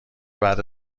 بعد